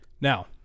Now